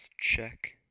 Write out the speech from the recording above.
check